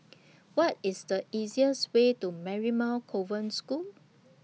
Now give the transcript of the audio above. What IS The easiest Way to Marymount Convent School